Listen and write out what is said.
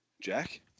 Jack